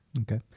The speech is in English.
Okay